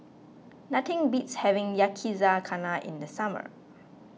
nothing beats having Yakizakana in the summer